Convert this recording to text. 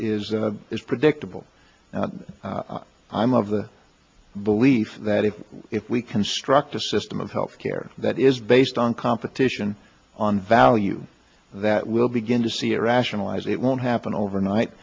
predictable i'm of the belief that if if we construct a system of health care that is based on competition on value that will begin to see it rationalize it won't happen overnight